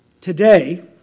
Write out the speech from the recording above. today